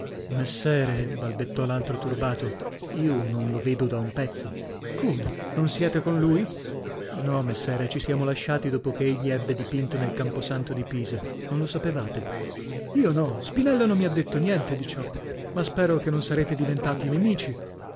messere balbettò l'altro turbato io non lo vedo da un pezzo come non siete con lui no messere ci siamo lasciati dopo che egli ebbe dipinto nel camposanto di pisa non lo sapevate io no spinello non mi ha detto niente di ciò ma spera che non sarete diventati nemici